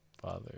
Father